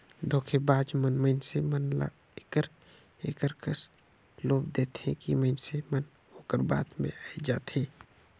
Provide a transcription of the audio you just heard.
धोखेबाज मन मइनसे मन ल एकर एकर कस लोभ देथे कि मइनसे मन ओकर बात में आए जाथें